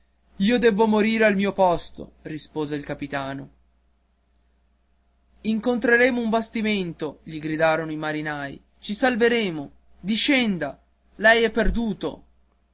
io debbo morire al mio posto rispose il capitano incontreremo un bastimento gli gridarono i marinai ci salveremo discenda lei è perduto